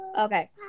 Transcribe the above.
okay